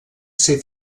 ser